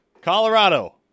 Colorado